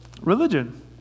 religion